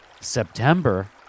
September